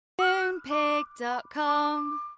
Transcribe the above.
Moonpig.com